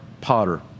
potter